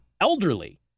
elderly